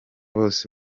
bose